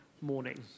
morning